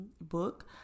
book